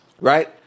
right